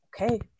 Okay